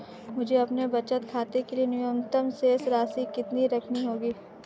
मुझे अपने बचत खाते के लिए न्यूनतम शेष राशि कितनी रखनी होगी?